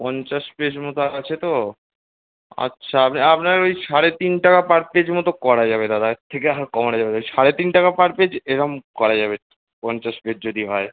পঞ্চাশ পেজ মতো আছে তো আচ্ছা আপনাকে ওই সাড়ে তিন টাকা পার পেজ মতো করা যাবে দাদা এর থেকে আর কমানো যাবে না সাড়ে তিন টাকা পার পেজ এরকম করা যাবে পঞ্চাশ পেজ যদি হয়